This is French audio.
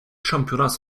championnats